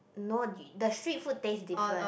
no the street food taste different